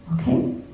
okay